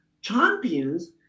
Champions